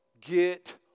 get